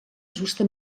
justa